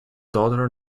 daughter